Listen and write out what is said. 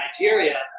Nigeria